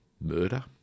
murder